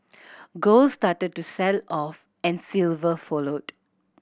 gold started to sell off and silver followed